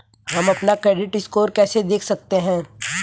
हम अपना credit score कैसे देख सकते हैं?